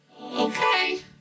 okay